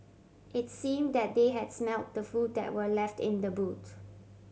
it's seem that they had smelt the food that were left in the boot